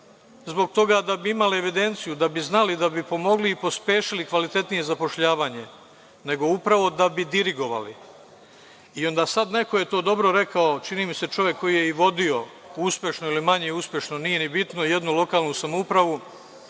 zbog toga da bi imali evidenciju, da bi znali, da bi pomogli i pospešili kvalitetnije zapošljavanje, nego upravo da bi dirigovali. Sada je to neko dobro rekao, čini mi se čovek koji je i vodio uspešno ili manje uspešno, nije ni bitno, jednu lokalnu samoupravu,